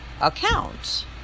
account